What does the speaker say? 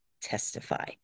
testify